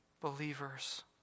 believers